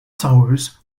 towers